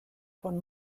von